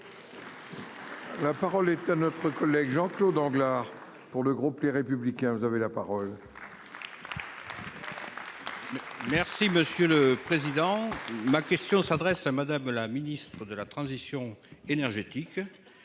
La parole est à notre collègue Jean-Claude Amblard. Pour le groupe Les Républicains, vous avez la parole. Merci monsieur le président, ma question s'adresse à Madame la Ministre de la Transition énergétique.